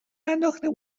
انداخته